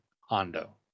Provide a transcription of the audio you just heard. Hondo